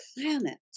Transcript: planet